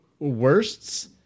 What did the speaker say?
worsts